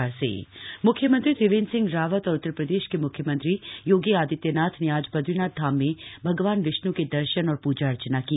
मख्यमंत्री बदरीनाथ म्ख्यमंत्री त्रिवेन्द्र सिंह रावत और उत्तर प्रदेश के म्ख्यमंत्री योगी आदित्यनाथ ने आज बदरीनाथ धाम में भगवान विष्ण् के दर्शन और प्रजा अर्चना की